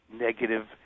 negative